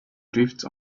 drifted